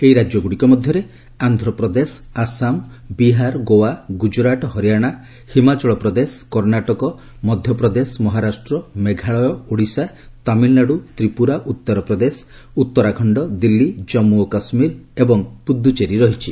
ଏହି ରାଜ୍ୟଗୁଡ଼ିକ ମଧ୍ୟରେ ଆନ୍ଧ୍ରପ୍ରଦେଶ ଆସାମ ବିହାର ଗୋଆ ଗୁଜରାଟ ହରିଆଶା ହିମାଚଳ ପ୍ରଦେଶ କର୍ଣ୍ଣାଟକ ମଧ୍ୟପ୍ରଦେଶ ମହାରାଷ୍ଟ୍ର ମେଘାଳୟ ଓଡ଼ିଶା ତାମିଲନାଡୁ ତ୍ରିପୁରା ଉତ୍ତରପ୍ରଦେଶ ଉତ୍ତରାଖଣ୍ଡ ଦିଲ୍ଲୀ ଜନ୍ମୁ ଓ କାଶ୍ମୀର ଏବଂ ପୁଦୁଚେରୀ ରହିଛି